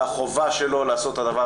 מהחובה שלו לעשות את זה.